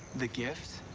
the gift.